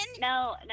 No